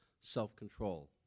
self-control